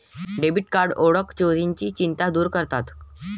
debit card ओळख चोरीची चिंता दूर करतात